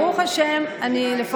אז ברוך השם, אני לפחות,